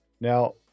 Now